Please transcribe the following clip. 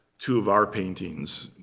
two of our paintings,